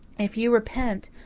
if you repent,